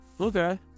okay